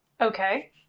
Okay